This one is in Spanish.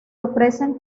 ofrecen